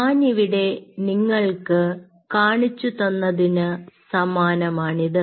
ഞാനിവിടെ നിങ്ങൾക്ക് അ കാണിച്ചു തന്നതിന് സമാനമാണിത്